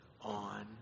on